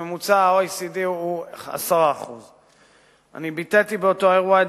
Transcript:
כשממוצע ה-OECD הוא 10%. אני ביטאתי באותו אירוע את